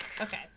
okay